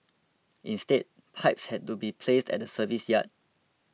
instead pipes had to be placed at the service yard